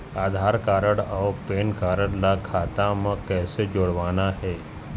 आधार card अऊ PAN card ला खाता म कइसे जोड़वाना हे?